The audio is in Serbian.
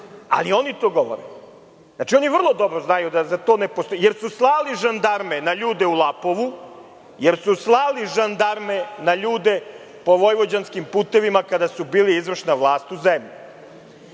ali oni to govore. Vrlo dobro znaju da za to ne postoji, jer su slali žandarme na ljude u Lapovu, jer su slali žandarme na ljude po vojvođanskim putevima kada su bili izvršna vlast u zemlji. Zbog